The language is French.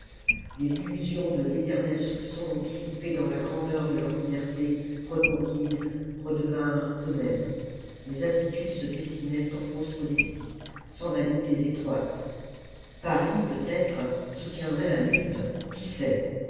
les illusions de l'éternel soupçon dissipées dans la grandeur de leur liberté reconquise redevinrent eux-mêmes les aptitudes se dessinaient sans fausse modestie sans vanités étroites paris peut-être soutiendrait la lutte qui sait